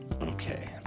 Okay